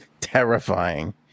terrifying